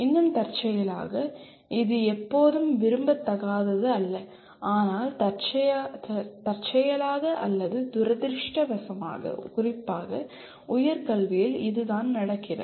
இன்னும் தற்செயலாக இது எப்போதும் விரும்பத்தகாதது அல்ல ஆனால் தற்செயலாக அல்லது துரதிர்ஷ்டவசமாக குறிப்பாக உயர் கல்வியில் இதுதான் நடக்கிறது